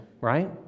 Right